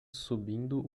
subindo